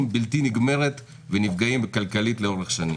בלתי נגמרת ונפגעים כלכלית לאורך שנים.